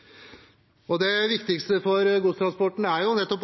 før. Det viktigste for godstransporten er nettopp